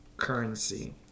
currency